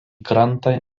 krantą